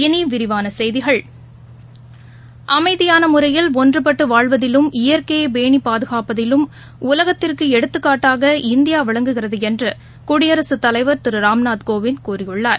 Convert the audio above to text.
இனி விரிவான செய்திகள் அமைதியாள முறையில் ஒன்றுபட்டு வாழ்வதிலும் இயற்கையை பேணி பாதுகாப்பதிலும் டலகத்திற்கு எடுத்துக்காட்டாக இந்தியா விளங்குகிறது என்று குடியரசுத் தலைவர் திரு ராம்நாத் கோவிந்த் கூறியுள்ளார்